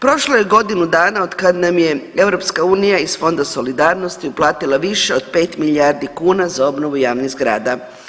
Prošlo je godinu dana od kad nam je EU iz Fonda solidarnosti uplatila više od 5 milijardi kuna za obnovu javnih zgrada.